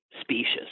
specious